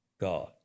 God